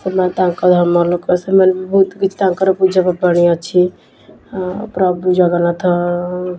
ସେମାନେ ତାଙ୍କ ଧର୍ମ ଲୋକ ସେମାନେ ବି ବହୁତ କିଛି ତାଙ୍କର ପୂଜା ପର୍ବାଣୀ ଅଛି ପ୍ରଭୁ ଜଗନ୍ନାଥ